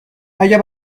اگه